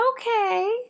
Okay